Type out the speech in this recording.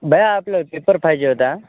भया आपलं पेपर पाहिजे होता